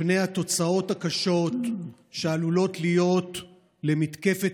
מפני התוצאות הקשות שעלולות להיות למתקפת